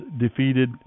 defeated